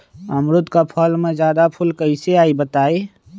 अमरुद क फल म जादा फूल कईसे आई बताई?